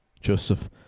Joseph